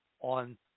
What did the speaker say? on